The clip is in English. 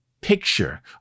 picture